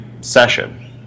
session